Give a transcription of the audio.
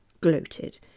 gloated